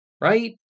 right